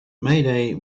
mayday